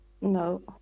No